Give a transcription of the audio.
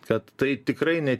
kad tai tikrai ne